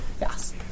Yes